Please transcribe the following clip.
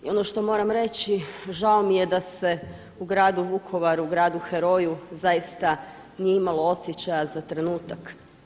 I ono što moram reći, žao mi je da se u gradu Vukovaru, u gradu heroju zaista nije imalo osjećaja za trenutak.